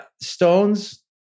stones